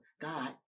God